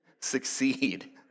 succeed